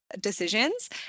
decisions